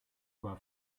war